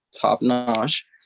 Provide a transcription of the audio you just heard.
top-notch